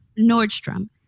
Nordstrom